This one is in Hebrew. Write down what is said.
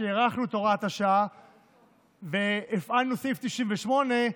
כשהארכנו את הוראת השעה והפעלנו סעיף 98,